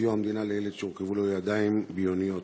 סיוע המדינה לילד שהורכבו לו ידיים ביוניות.